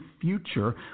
future